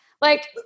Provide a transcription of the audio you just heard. like-